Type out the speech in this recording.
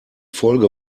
folge